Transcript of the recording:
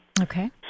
Okay